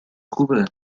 خوبه